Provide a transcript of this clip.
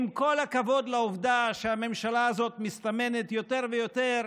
עם כל הכבוד לעובדה שהממשלה הזאת מסתמנת יותר ויותר